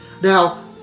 Now